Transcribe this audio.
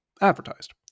advertised